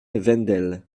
wendel